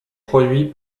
produit